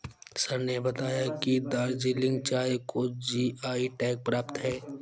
sir ने बताया कि दार्जिलिंग चाय को जी.आई टैग प्राप्त है